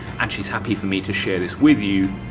and she's happy for me to share this with you.